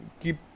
keep